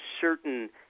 certain